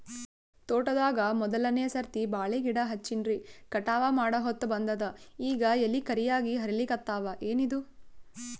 ತೋಟದಾಗ ಮೋದಲನೆ ಸರ್ತಿ ಬಾಳಿ ಗಿಡ ಹಚ್ಚಿನ್ರಿ, ಕಟಾವ ಮಾಡಹೊತ್ತ ಬಂದದ ಈಗ ಎಲಿ ಕರಿಯಾಗಿ ಹರಿಲಿಕತ್ತಾವ, ಏನಿದು?